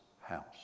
house